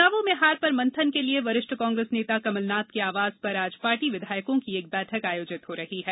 चुनावों में हार पर मंथन के लिए वरिष्ठ कांग्रेस नेता कमलनाथ के आवास पर आज पार्टी विधायकों की एक बैठक आयोजित हो रही है